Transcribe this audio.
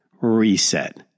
Reset